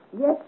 Yes